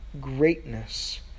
greatness